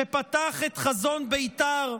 שפתח את חזון בית"ר,